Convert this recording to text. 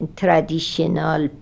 traditional